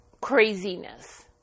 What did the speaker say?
craziness